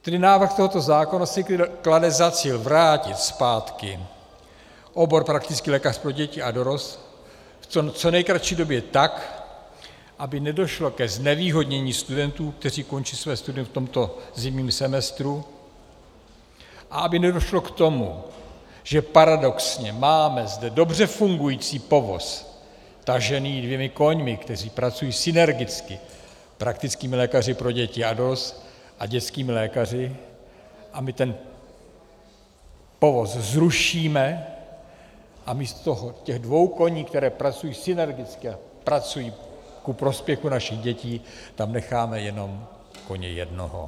Tedy návrh tohoto zákona si klade za cíl vrátit zpátky obor praktický lékař pro děti a dorost v co nejkratší době, tak aby nedošlo ke znevýhodnění studentů, kteří končí své studium v tomto zimním semestru, a aby nedošlo k tomu, že paradoxně máme zde dobře fungující povoz tažený dvěma koňmi, kteří pracují synergicky, praktickými lékaři pro děti a dorost a dětskými lékaři, a my ten povoz zrušíme a místo těch dvou koní, kteří pracují synergicky a ku prospěchu našich dětí, tam necháme jenom koně jednoho.